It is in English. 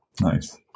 nice